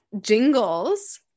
jingles